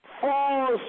False